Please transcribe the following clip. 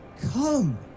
come